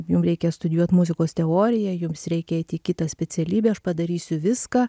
jum reikia studijuot muzikos teoriją jums reikia eiti į kitą specialybę aš padarysiu viską